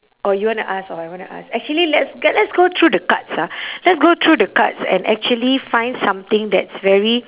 or you wanna ask or I wanna ask actually let's get let's go through the cards ah let's go through the cards and actually find something that's very